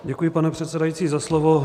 Děkuji, pane předsedající, za slovo.